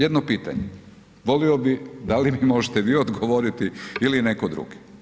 Jedno pitanje, volio bih da li mi možete vi odgovoriti ili netko drugi?